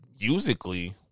musically